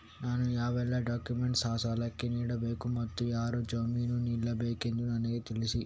ನಾನು ಯಾವೆಲ್ಲ ಡಾಕ್ಯುಮೆಂಟ್ ಆ ಸಾಲಕ್ಕೆ ನೀಡಬೇಕು ಮತ್ತು ಯಾರು ಜಾಮೀನು ನಿಲ್ಲಬೇಕೆಂದು ನನಗೆ ತಿಳಿಸಿ?